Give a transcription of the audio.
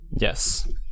Yes